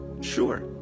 Sure